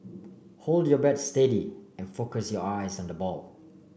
hold your bat steady and focus your eyes on the ball